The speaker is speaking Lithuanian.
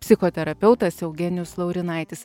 psichoterapeutas eugenijus laurinaitis